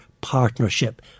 partnership